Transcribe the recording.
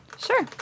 Sure